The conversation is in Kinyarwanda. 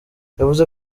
yavuze